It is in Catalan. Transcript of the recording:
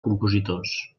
compositors